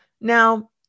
Now